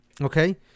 Okay